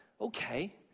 okay